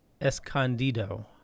Escondido